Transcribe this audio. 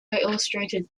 illustrated